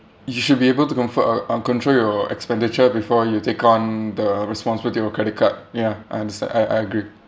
you should be able to confer~ uh uh control your expenditure before you take on the responsibility of a credit card ya I underst~ I I agree